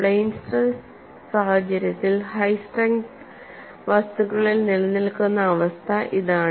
plane stress സാഹചര്യത്തിൽ high strength വസ്തുക്കളിൽ നിലനിൽക്കുന്ന അവസ്ഥ ഇതാണ്